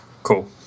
Cool